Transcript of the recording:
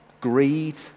greed